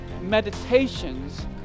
meditations